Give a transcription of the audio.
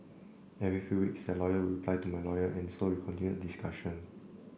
every few weeks their lawyer would reply to my lawyer and so we continued the discussion